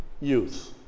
youth